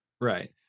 right